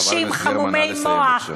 חברת הכנסת גרמן, נא לסיים.